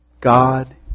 God